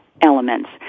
elements